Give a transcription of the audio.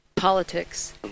politics